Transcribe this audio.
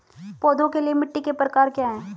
पौधों के लिए मिट्टी के प्रकार क्या हैं?